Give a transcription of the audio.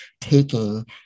taking